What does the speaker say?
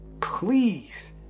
please